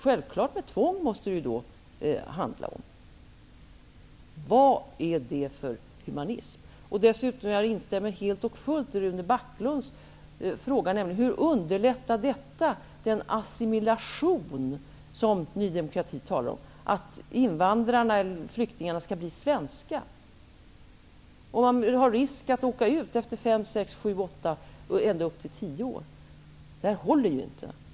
Självfallet måste det då handla om tvång. Men vad är det för humanism? Jag instämmer helt och fullt i det Rune Backlund sade när han frågade hur detta underlättar den assimilation som Ny demokrati talar om -- dvs. att invandrarna eller flyktingarna skall bli svenskar -- när risken finns att de åker ut efter sex, sju eller åtta, ja, t.o.m. efter tio år. Det här håller ju inte.